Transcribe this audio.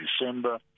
December